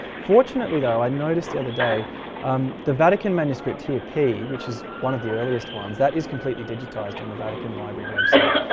fortunately though i noticed the other day um the vatican manuscript here p, which is one of the earliest ones, that is completely digitized on the vatican library website.